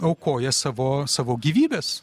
aukoja savo savo gyvybes